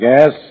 Yes